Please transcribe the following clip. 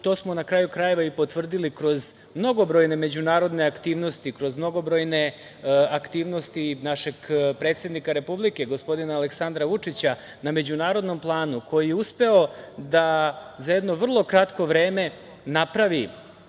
to smo na kraju krajeva i potvrdili kroz mnogobrojne međunarodne aktivnosti, kroz mnogobrojne aktivnosti našeg predsednika Republike, gospodina Aleksandra Vučića na međunarodnom planu, koji je uspeo da za jedno vrlo kratko vreme napravi